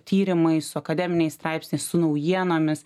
tyrimais su akademiniais straipsniais su naujienomis